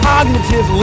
Cognitive